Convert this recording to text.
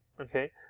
okay